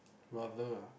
rather